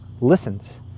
listens